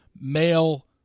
male